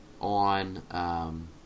on